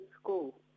school